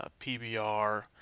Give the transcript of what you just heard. PBR